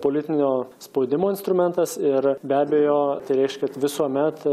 politinio spaudimo instrumentas ir be abejo tai reikš kad visuomet